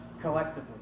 collectively